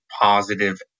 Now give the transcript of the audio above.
positive